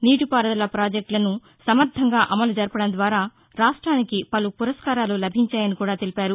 నీటి పారుదల ప్రాజెక్టులను సమర్గంగా అమలు జరపడం ద్వారా రాష్ట్రానికి పలు పురస్కారాలు లభించాయని కూడా తెలిపారు